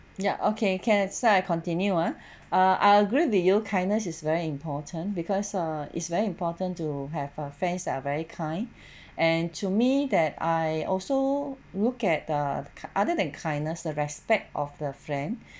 ya okay can so I continue ah ah I agree with you kindness is very important because ah is very important to have a friend that are very kind and to me that I also look at the other than kindness the respect of the friend